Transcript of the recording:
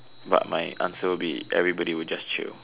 but my answer would be everybody would just chill